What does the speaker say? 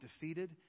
defeated